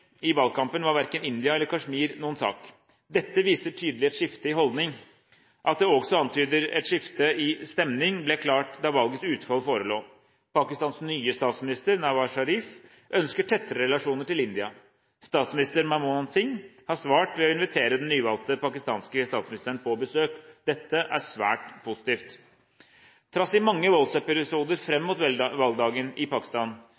I valgkampen var verken India eller Kashmir noen sak. Dette viser tydelig et skifte i holdning. At det også antyder et skifte i stemning, ble klart da valgets utfall forelå. Pakistans nye statsminister, Nawar Sharif, ønsker tettere relasjoner til India. Statsminister Manmohan Singh har svart med å invitere den nyvalgte pakistanske statsministeren på besøk. Dette er svært positivt. Trass i mange voldsepisoder fram mot valgdagen i